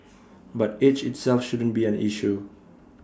but age itself shouldn't be an issue